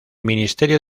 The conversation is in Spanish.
ministerio